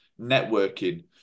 networking